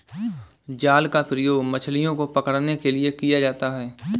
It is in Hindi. जाल का प्रयोग मछलियो को पकड़ने के लिये किया जाता है